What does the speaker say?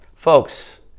Folks